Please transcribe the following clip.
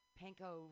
panko